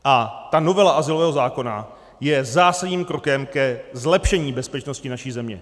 A ta novela azylového zákona je zásadním krokem ke zlepšení bezpečnosti naší země.